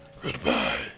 Goodbye